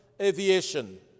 aviation